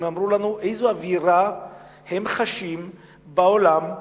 הם אמרו לנו איזו אווירה הם חשים בעולם,